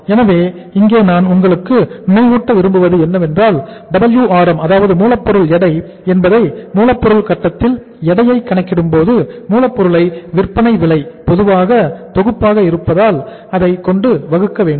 எனவே இங்கே நான் உங்களுக்கு நினைவூட்ட விரும்புவது என்னவென்றால் Wrm அதாவது மூலப்பொருள் எடை என்பதை மூலப்பொருள் கட்டத்தில் எடையை கணக்கிடும்போது மூலப்பொருளை விற்பனை விலை பொதுவான தொகுப்பாக இருப்பதால் அதைக்கொண்டு வகுக்க வேண்டும்